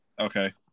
Okay